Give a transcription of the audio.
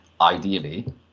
ideally